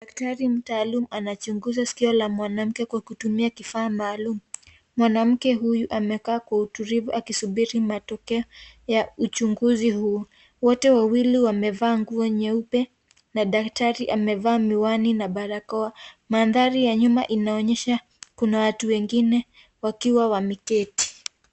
Daktari mtaalum anachunguza sikio la mwanamke kwa kutumia kifaa maalum. Mwanamke huyu amekaa kwa utulivu akisubiri matokeo ya uchunguzi huo. Wote wawili wamevaa nguo nyeupe na daktari amevaa miwani na barakoa. Mandhari ya nyuma inaonyesha kuna watu wengine wakiwa wameketi.